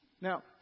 Now